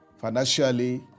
financially